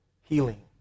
healing